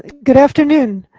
good afternoon.